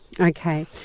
Okay